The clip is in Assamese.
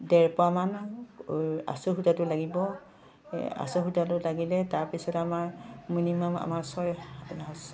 ডেৰ পোৱামান আচৰ সূতাটো লাগিব আচৰ সূতাটো লাগিলে তাৰপিছত আমাৰ মিনিমাম আমাৰ ছয় স